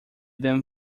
then